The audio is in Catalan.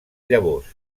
llavors